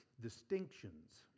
distinctions